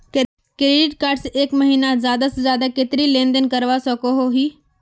Credit card से एक महीनात ज्यादा से ज्यादा कतेरी लेन देन करवा सकोहो ही?